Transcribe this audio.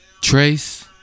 Trace